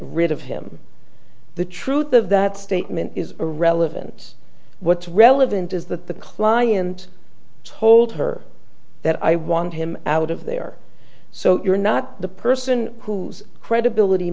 rid of him the truth of that statement is irrelevant what's relevant is that the client told her that i want him out of there so you're not the person whose credibility